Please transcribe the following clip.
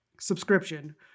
subscription